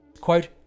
quote